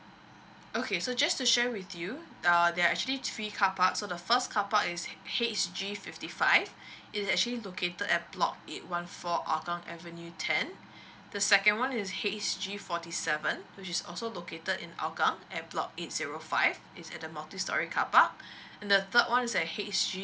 okay so just to share with you uh there are actually three carpark so the first carpark is h g fifty five is actually located at block eight one four hougang avenue ten the second one is h g forty seven which is also located in hougang at block eight zero five it's at the multi storey carpark and the third one is the h g